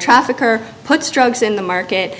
trafficker puts drugs in the market